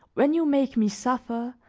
when you make me suffer,